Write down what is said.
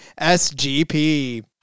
SGP